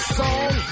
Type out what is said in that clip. song